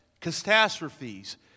catastrophes